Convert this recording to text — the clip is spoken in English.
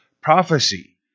prophecy